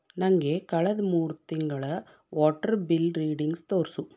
ನನಗೆ ಕಳೆದ ಮೂರು ತಿಂಗಳ ವಾಟ್ರ್ ಬಿಲ್ ರೀಡಿಂಗ್ಸ್ ತೋರಿಸು